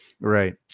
Right